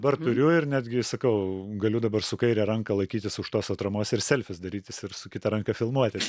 bar turiu ir netgi sakau galiu dabar su kaire ranka laikytis už tos atramos ir selfius darytis ir su kita ranka filmuoti